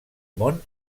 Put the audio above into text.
món